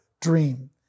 dream